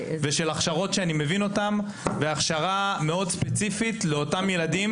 ושל הכשרות שאני מבין אותן והכשרה מאוד ספציפית לאותם ילדים